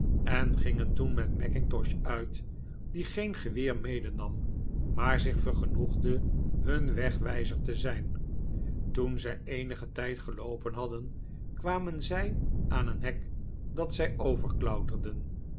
en gingen toen met mackintosh uit die geen geweer medenam maar zich vergenoegde hun wegwijzer te zijn toen zij eenigen tijd geloopen hadden kwamen zij aan een hek dat zy